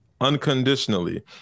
unconditionally